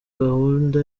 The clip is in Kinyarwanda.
gahunda